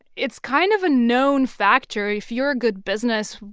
it's kind of a known factor. if you're a good business,